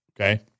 okay